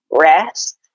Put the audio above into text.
rest